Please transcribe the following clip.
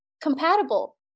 compatible